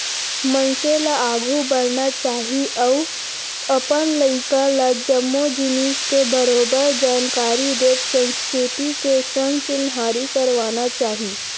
मनसे ल आघू बढ़ना चाही अउ अपन लइका ल जम्मो जिनिस के बरोबर जानकारी देत संस्कृति के संग चिन्हारी करवाना चाही